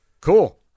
Cool